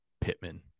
Pittman